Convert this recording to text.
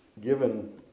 given